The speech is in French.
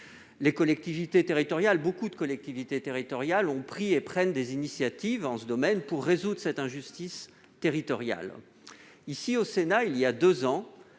de premier recours. Beaucoup de collectivités territoriales ont pris et prennent des initiatives en ce domaine afin de résoudre cette injustice territoriale. Ici, au Sénat, voilà deux ans,